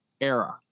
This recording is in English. era